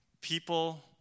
people